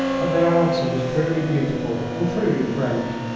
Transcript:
but their answer was truly beautiful and truly french.